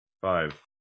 Five